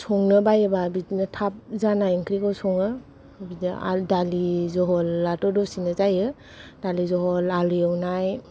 बिदिनो थाब जानाय ओंख्रिखौ सङो बिदिनो आलु दालि जहलाथ' दसेनो जायो दालि जहल आलु एवनाय